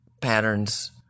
patterns